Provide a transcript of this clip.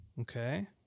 Okay